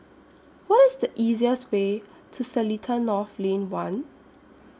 What IS The easiest Way to Seletar North Lane one